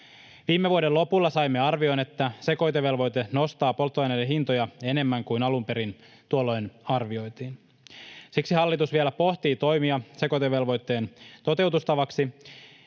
Viime vuoden lopulla saimme arvioon, että sekoitevelvoite nostaa polttoaineiden hintoja enemmän kuin alun perin tuolloin arvioitiin. Siksi hallitus vielä pohtii toimia sekoitevelvoitteen toteutustavaksi.